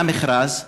היה מכרז,